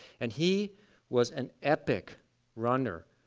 and he was an epic runner,